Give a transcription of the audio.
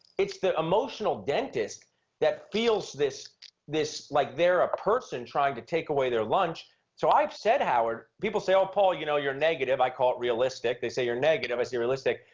it's the emotional dentist that feels this this like they're a person trying to take away their lunch so i've said howard people say oh paul you know you're negative i call it realistic they say you're negative i see realistic,